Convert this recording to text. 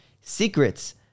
secrets